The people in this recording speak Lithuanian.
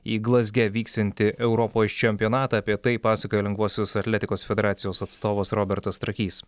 į glazge vyksiantį europos čempionatą apie tai pasakojo lengvosios atletikos federacijos atstovas robertas trakys